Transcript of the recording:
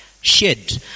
shed